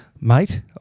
mate